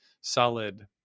solid